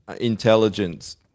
intelligence